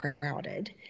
crowded